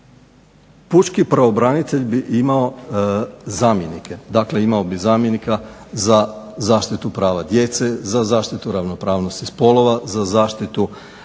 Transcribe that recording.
pučki pravobranitelj bi imao zamjenike, dakle imao bi zamjenika za zaštitu prava djece, za zaštitu ravnopravnosti spolova, za zaštitu